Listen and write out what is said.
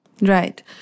Right